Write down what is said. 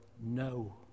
no